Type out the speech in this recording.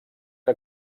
que